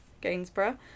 Gainsborough